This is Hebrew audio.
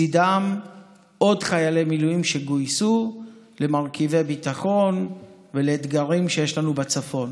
לצידם עוד חיילי מילואים שגויסו למרכיבי ביטוח ולאתגרים שיש לנו בצפון,